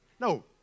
no